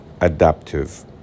adaptive